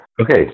Okay